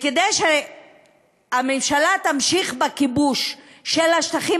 וכדי שהממשלה תמשיך בכיבוש של השטחים